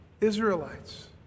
Israelites